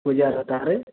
പൂജ്യം അറുപത്തി ആറ്